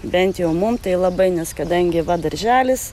bent jau mum tai labai nes kadangi va darželis